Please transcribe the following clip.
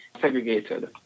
segregated